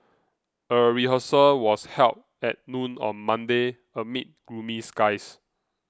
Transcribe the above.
a rehearsal was held at noon on Monday amid gloomy skies